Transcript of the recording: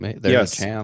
Yes